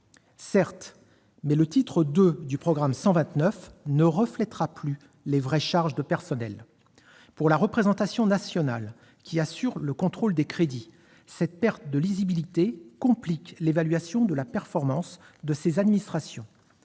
Certes, mais le titre 2 du programme 129 ne reflétera plus les « vraies » charges de personnel. Pour la représentation nationale, qui assure le contrôle des crédits, cette perte de lisibilité complique l'évaluation de la performance de ces administrations.